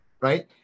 right